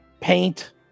paint